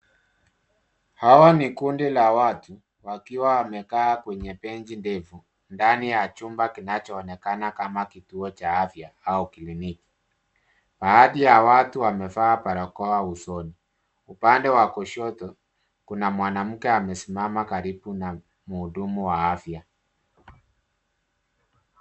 Hawa ni kundi la watu, wakiwa wamekaa kwenye benji ndefu, ndani ya chumba kinachoonekana kama kituo cha afya au kliniki. Baadhi ya watu wamevaa barakoa usoni. Upande wa kushoto, kuna mwanamke amesimama karibu na mhudumu wa afya.